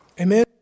Amen